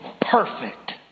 perfect